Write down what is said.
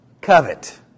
covet